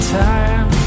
time